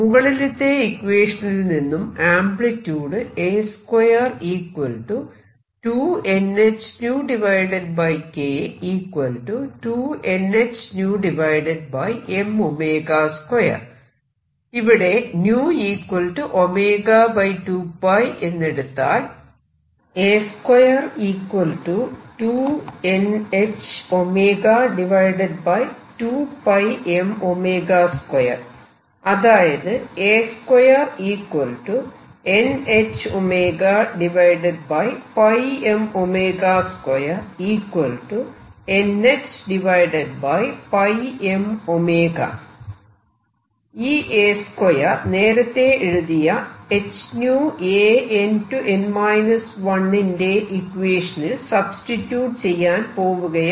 മുകളിലത്തെ ഇക്വേഷനിൽ നിന്നും ആംപ്ലിട്യൂഡ് ഇവിടെ 𝜈 𝜔2 𝜋 എന്നെടുത്താൽ അതായത് ഈ A2 നേരത്തെ എഴുതിയ h𝜈An→n 1 ന്റെ ഇക്വേഷനിൽ സബ്സ്റ്റിട്യൂട് ചെയ്യാൻ പോവുകയാണ്